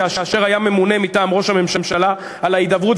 כאשר היה ממונה מטעם ראש הממשלה על ההידברות,